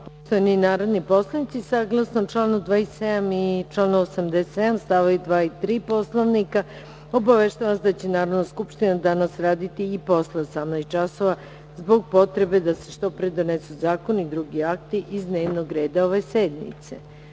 Poštovani narodni poslanici, saglasno članu 27. i 87. st. 2. i 3. Poslovnika, obaveštavam vas da će Narodna skupština danas raditi i posle 18,00 časova, zbog potrebe da se što pre donesu zakoni i drugi akti iz dnevnog reda ove sednice.